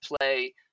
play